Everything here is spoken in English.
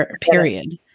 Period